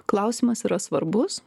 klausimas yra svarbus